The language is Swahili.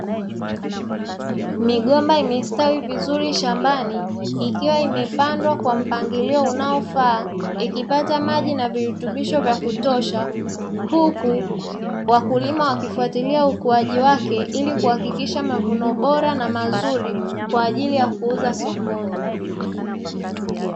Migomba imestawi vizuri shambani ikiwa imepandwa kwa mpangilio unaofaa ikipata maji na virutubisho vya kutosha huku wakulima wakifuatilia ukuaji wake ili kuhakikisha mavuno bora na mazuri kwa ajili ya kuuza sokoni.